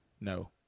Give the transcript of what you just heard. No